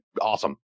awesome